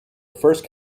first